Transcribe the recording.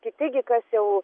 kiti gi kas jau